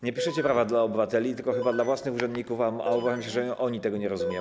Nie piszecie prawa dla obywateli, tylko chyba dla własnych urzędników, ale obawiam się, że oni tego nie rozumieją.